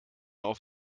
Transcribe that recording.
auf